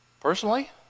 Personally